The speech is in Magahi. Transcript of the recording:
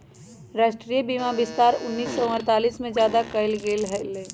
राष्ट्रीय बीमा विस्तार उन्नीस सौ अडतालीस में ज्यादा कइल गई लय